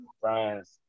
Brian's